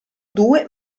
due